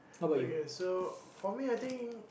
okay so for me I think